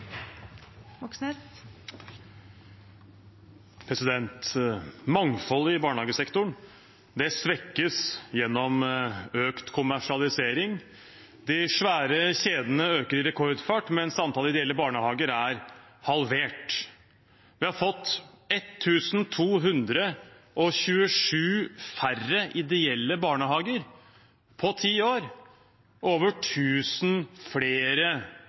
Mangfoldet i barnehagesektoren svekkes gjennom økt kommersialisering. De svære kjedene øker i rekordfart, mens antallet ideelle barnehager er halvert. Vi har fått 1 227 færre ideelle barnehager på ti år og over 1 000 flere